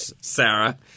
Sarah